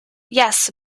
yes